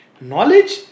Knowledge